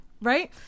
Right